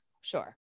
sure